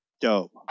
dope